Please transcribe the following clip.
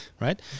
right